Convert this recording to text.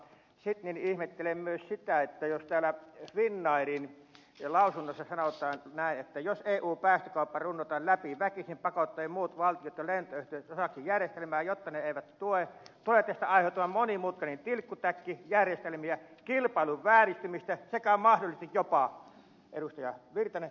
sitten ihmettelen myös sitä jos täällä finnairin lausunnossa sanotaan näin että jos eun päästökauppa runnotaan läpi väkisin pakottaen muut valtiot ja lentoyhtiöt osaksi järjestelmää jota ne eivät tue tulee tästä aiheutumaan monimutkainen tilkkutäkki järjestelmiä kilpailun vääristymistä sekä mahdollisesti jopa ed